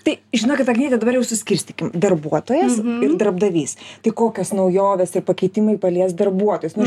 tai žinokit agniete dabar jau suskirstykim darbuotojas ir darbdavys tai kokios naujovės ir pakeitimai palies darbuotojus nuo